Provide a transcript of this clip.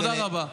תודה רבה.